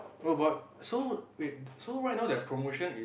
oh but so wait so right now their promotion is